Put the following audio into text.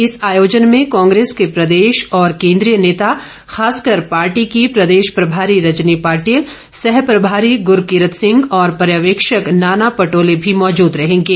इस आयोजन में कांग्रेस के प्रदेश और केंद्रीय नेता खासकर पार्टी की प्रदेश प्रभारी रजनी पाटिल सह प्रभारी गूरकीरत सिंह और पर्यवेक्षक नाना पटोले भी मौजूद रहेंगे